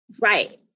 Right